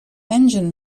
engine